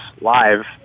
live